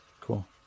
cool